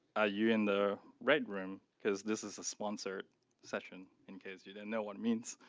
ah you in the right room? cause this is a sponsored session, in case you didn't know what it meants.